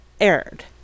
aired